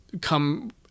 come